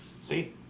See